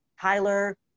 Tyler